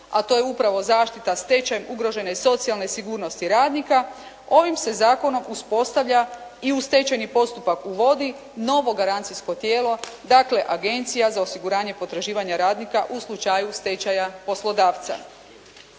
a to je upravo zaštita stečajem ugrožene socijalne sigurnosti radnika ovim se zakonom uspostavlja i u stečajni postupak uvodi novo garancijsko tijelo. Dakle, Agencija za osiguranje potraživanja radnika u slučaju stečaja poslodavca.